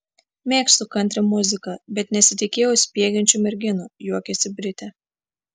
mėgstu kantri muziką bet nesitikėjau spiegiančių merginų juokiasi britė